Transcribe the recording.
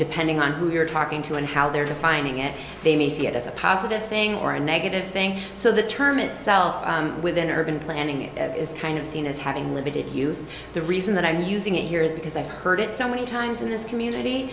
depending on who you're talking to and how they're defining it they may see it as a positive thing or a negative thing so the term itself within urban planning is kind of seen as having limited use the reason that i'm using it here is because i've heard it so many times in this community